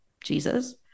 Jesus